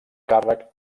càrrec